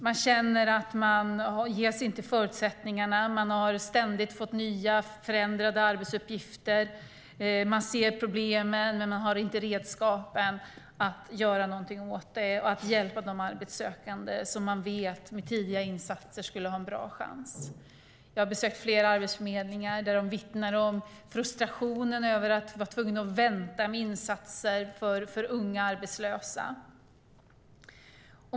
De känner att de inte ges förutsättningarna, att de ständigt har fått nya, förändrade arbetsuppgifter. De ser problemen men har inte redskapen att göra något åt dem och hjälpa de arbetssökande, som de vet skulle ha en bra chans med tidiga insatser. Jag har besökt flera arbetsförmedlingar där man vittnar om frustrationen över att vara tvungen att vänta med insatser för unga arbetslösa.